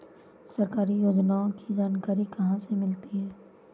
सरकारी योजनाओं की जानकारी कहाँ से मिलती है?